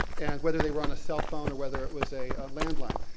and whether they were on a cell phone, or whether it was a land line.